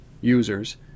users